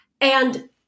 And-